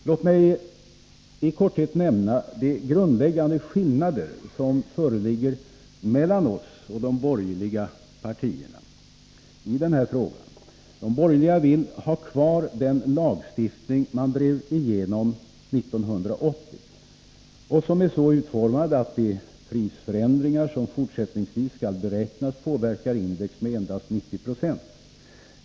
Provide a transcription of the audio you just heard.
Låt mig i korthet nämna de grundläggande skillnader som i denna fråga föreligger mellan oss och de borgerliga partierna. De borgerliga vill ha kvar den lagstiftning som de drev igenom 1980. Den är så utformad att de prisförändringar som fortsättningsvis skall beräknas påverkar index med endast 90 Zo.